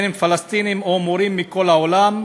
אם פלסטינים או מורים מכל העולם,